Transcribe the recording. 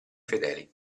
fedeli